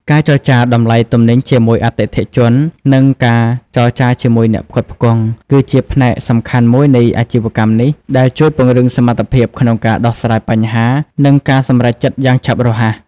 ការចរចាតម្លៃទំនិញជាមួយអតិថិជន និងការចរចាជាមួយអ្នកផ្គត់ផ្គង់ គឺជាផ្នែកសំខាន់មួយនៃអាជីវកម្មនេះ ដែលជួយពង្រឹងសមត្ថភាពក្នុងការដោះស្រាយបញ្ហា និងការសម្រេចចិត្តយ៉ាងឆាប់រហ័ស។